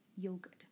yogurt